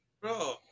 Bro